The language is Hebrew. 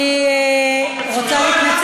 שמכונות